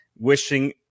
Wishing